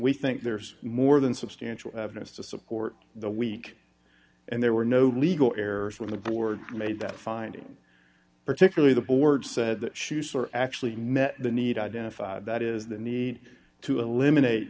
we think there's more than substantial evidence to support the weak and there were no legal errors when the board made that finding particularly the board said that schuessler actually met the need identified that is the need to eliminate